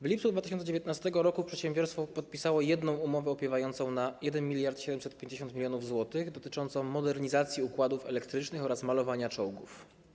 W lipcu 2019 r. przedsiębiorstwo podpisało jedną umowę opiewającą na 1750 mln zł, dotyczącą modernizacji układów elektrycznych oraz malowania czołgów.